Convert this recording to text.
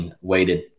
weighted